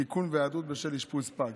(תיקון, היעדרות בשל אשפוז פג).